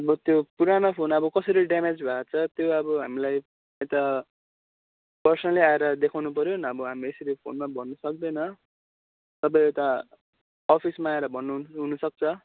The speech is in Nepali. अब त्यो पुरानो फोन अब कसरी ड्यामेज भएको छ त्यो अब हामीलाई यता पर्सनली आएर देखाउनु पऱ्यो नभए हामी यसरी फोनमा भन्नु सक्दैन तपाईँ यता अफिसमा आएर भन्नु हुनुसक्छ